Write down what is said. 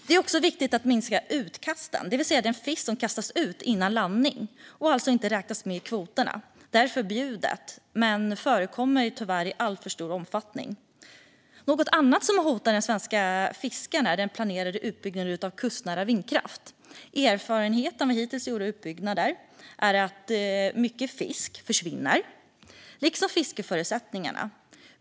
Det är också viktigt att minska utkasten, det vill säga fisk som kastas ut innan landning och alltså inte räknas med i kvoterna. Det är förbjudet men förekommer tyvärr i alltför stor omfattning. Annat som hotar de svenska fiskarna är den planerade utbyggnaden av kustnära vindkraft. Erfarenheter av hittills gjord utbyggnad är att mycket fisk försvinner, liksom fiskeförutsättningarna.